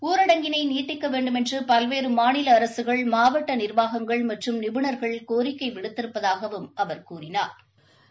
ஊரடங்கினை நீட்டிக்க வேண்டுமென்று பல்வேறு மாநில அரசுகள் மாவட்ட நிர்வாகங்கள் மற்றும் நிபுணா்கள் கோரிக்கை விடுத்திருப்பதகாவும் அவா் கூறினாா்